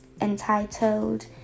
entitled